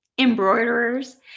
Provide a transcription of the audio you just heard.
embroiderers